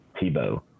Tebow